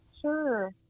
Sure